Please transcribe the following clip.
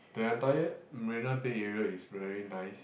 the entire Marina Bay area is very nice